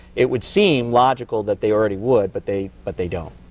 it would seem logical that they already would but they but they don't.